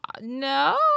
no